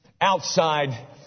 outside